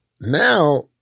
now